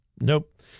nope